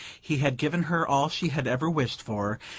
he had given her all she had ever wished for,